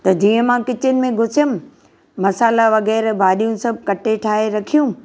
त जीअं मां किचन में घुसयमि मसाला वगै़रह भाॼियूं सभु कटे ठाहे रखियूं